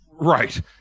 Right